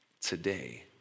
today